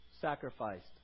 sacrificed